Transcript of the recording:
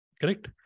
correct